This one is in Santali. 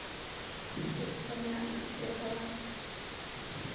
ᱪᱮᱫ ᱠᱚ ᱢᱮᱱᱟᱜᱼᱟ ᱪᱮᱫ ᱫᱚ ᱵᱟᱝ